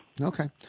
Okay